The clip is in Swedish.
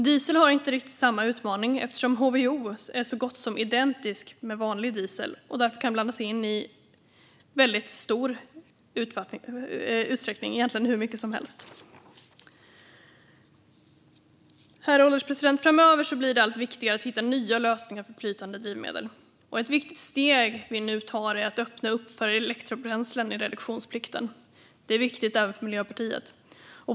Diesel har inte riktigt samma utmaning, eftersom HVO är så gott som identiskt med vanlig diesel och därför kan blandas in i väldigt stor utsträckning, egentligen hur stor som helst. Herr ålderspresident! Framöver blir det allt viktigare att hitta nya lösningar för flytande drivmedel. Ett viktigt steg vi nu tar är att öppna upp för elektrobränslen i reduktionsplikten. Det är viktigt även för Miljöpartiet.